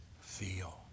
feel